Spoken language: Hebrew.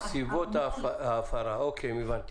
אם מצא המנהל שסכום העיצום הכספי עולה